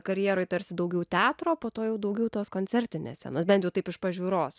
karjeroj tarsi daugiau teatro po to jau daugiau tos koncertinės scenos bent jau taip iš pažiūros